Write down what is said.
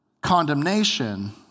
condemnation